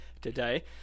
today